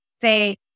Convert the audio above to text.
say